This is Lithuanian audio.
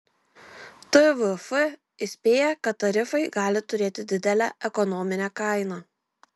tvf įspėja kad tarifai gali turėti didelę ekonominę kainą